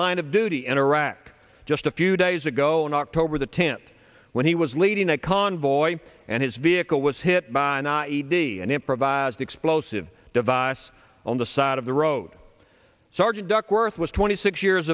line of duty in iraq just a few days ago in october the tenth when he was leading a convoy and his vehicle was hit by an i e d an improvised explosive device on the side of the road sergeant duckworth was twenty six years